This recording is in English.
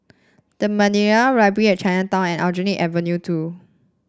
The Madeira Library at Chinatown and Aljunied Avenue Two